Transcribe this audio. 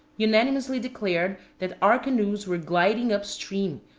unanimously declared that our canoes were gliding up stream,